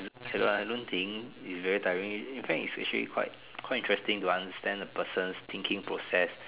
hello I don't think it's very tiring in fact it's actually quite quite interesting to understand a person's thinking process